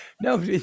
No